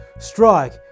Strike